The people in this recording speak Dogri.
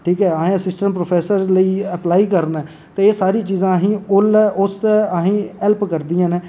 ठीक ऐ असें असिस्टेंट प्रोफेसर लेई एप्लॉय करना ऐ ते एह् सारियां चीज़ां असेंगी उसलै असेंगी हैल्प करदियां न